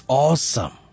awesome